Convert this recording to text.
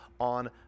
On